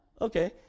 Okay